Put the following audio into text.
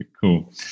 Cool